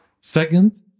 Second